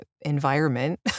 environment